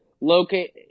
locate